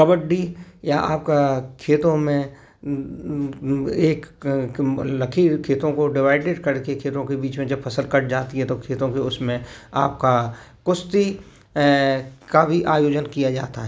कबड्डी या आपका खेतों में एक लकीर खेतों को डिवाइडेड करके खेलों के बीच में जब फसल कट जाती है तो खेतों के उसमें आपका कुश्ती का भी आयोजन किया जाता है